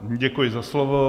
Děkuji za slovo.